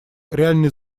реальный